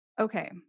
Okay